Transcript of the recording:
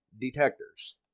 detectors